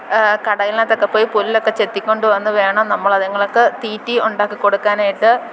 കടയിലിനകത്തെക്കെ പോയി പുല്ലൊക്കെ ചെത്തിക്കൊണ്ട് വന്ന് വേണം നമ്മൾ അത്ങ്ങള്ക്ക് തീറ്റ ഉണ്ടാക്കി കൊടുക്കാനായിട്ട്